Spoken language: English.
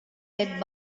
light